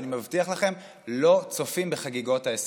שאני מבטיח לכם לא צופים בחגיגות ההסכם.